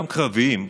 גם קרביים,